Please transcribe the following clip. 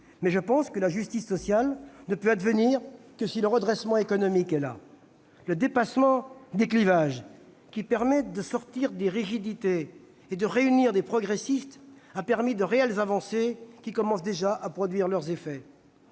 mais je pense que la justice sociale ne peut advenir que si le redressement économique est là. Le dépassement des clivages, qui permet de sortir des rigidités et de réunir les progressistes, a permis de réelles avancées, qui commencent déjà à produire leurs effets.